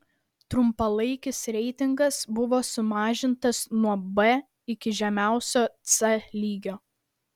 trumpalaikis reitingas buvo sumažintas nuo b iki žemiausio c lygio